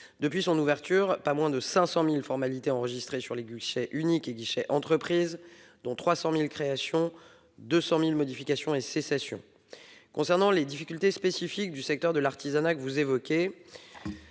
Depuis son ouverture, il y a eu 500 000 formalités enregistrées sur les outils guichet unique et guichet entreprise, dont 300 000 créations et 200 000 modifications et cessations. Concernant les difficultés spécifiques du secteur de l'artisanat, que vous avez